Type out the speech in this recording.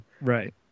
right